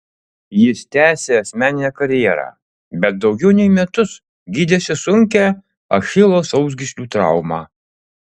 jis tęsė asmeninę karjerą bet daugiau nei metus gydėsi sunkią achilo sausgyslių traumą